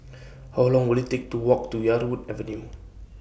How Long Will IT Take to Walk to Yarwood Avenue